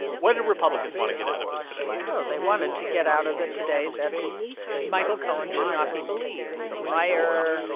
what did republicans want to get out of this today? oh, they wanted to get out of it today that michael cohen should not be believed. he's a liar.